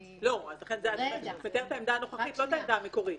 את מתארת את העמדה הנוכחית, לא את העמדה המקורית.